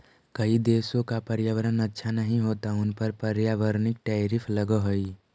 कई देशों का पर्यावरण अच्छा नहीं होता उन पर पर्यावरणिक टैरिफ लगअ हई